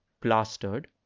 plastered